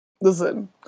Listen